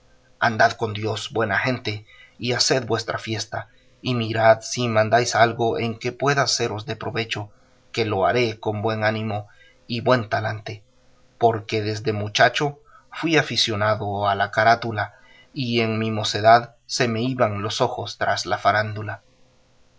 andad con dios buena gente y haced vuestra fiesta y mirad si mandáis algo en que pueda seros de provecho que lo haré con buen ánimo y buen talante porque desde mochacho fui aficionado a la carátula y en mi mocedad se me iban los ojos tras la farándula